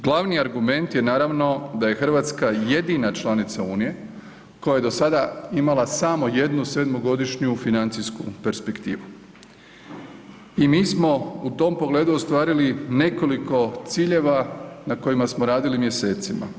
Glavni argument je naravno da je Hrvatska jedina članica Unije koja je do sada imala samo jednu sedmogodišnju financijsku perspektivu i mi smo u tom pogledu ostvarili nekoliko ciljeva na kojima smo radili mjesecima.